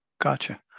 Gotcha